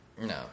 No